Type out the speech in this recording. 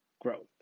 growth